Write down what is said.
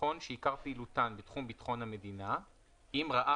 הביטחון שעיקר פעילותן בתחום ביטחון המדינה אם ראה